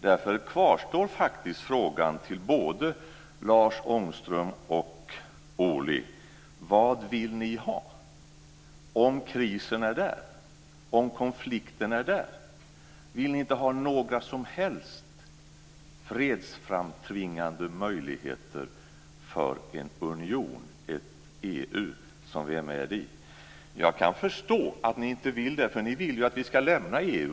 Därför kvarstår frågan till både Lars Ångström och Lars Ohly: Vad vill ni ha, om krisen är där, om konflikten är där? Vill ni inte ha några som helst fredsframtvingande möjligheter för en union, det EU som vi är med i? Jag kan förstå att ni inte vill det, för ni vill ju att vi sak lämna EU.